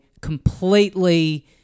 completely